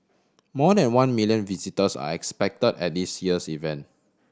more than one million visitors are expect at this year's event